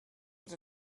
what